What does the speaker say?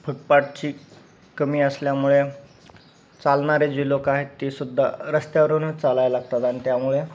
फुटपाटची कमी असल्यामुळे चालणारे जी लोकं आहेत ती सुद्धा रस्त्यावरूनच चालायला लागतात आणि त्यामुळे